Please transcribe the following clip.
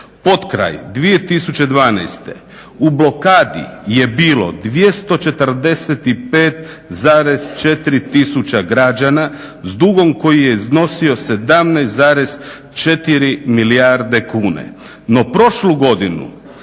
Potkraj 2012. u blokadi je bilo 245,4 tisuća građana s dugom koji je iznosio 17,4 milijarde kune. No prošlu godinu